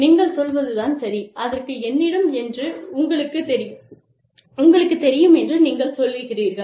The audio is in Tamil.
நீங்கள் சொல்வது தான் சரி அதற்கு என்னிடம் என்று உங்களுக்குத் தெரியும் என்று நீங்கள் சொல்வீர்கள்